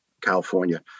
California